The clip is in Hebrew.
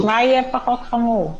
מה יהיה פחות חמור?